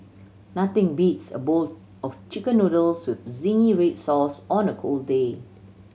nothing beats a bowl of Chicken Noodles with zingy red sauce on a cold day